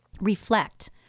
Reflect